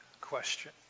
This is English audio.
question